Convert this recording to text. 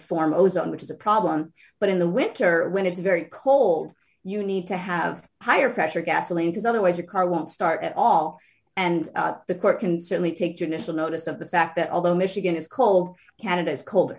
formosan which is a problem but in the winter when it's very cold you need to have higher pressure gasoline because otherwise your car won't start at all and the court can certainly take judicial notice of the fact that although michigan is cold canada is cold